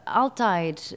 altijd